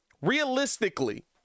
Realistically